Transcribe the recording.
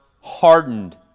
hardened